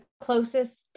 closest